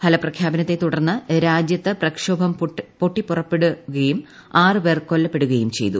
ഫലപ്രഖ്യാപനത്തെ തുടർന്ന് രാജ്യത്ത് പ്രക്ഷോഭം പൊട്ടിപ്പുറപ്പെടുകയും ആറ് പേർ കൊല്ലപ്പെടുകയും ചെയ്തു